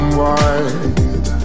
wide